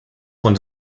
want